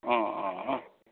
अँ अँ अँ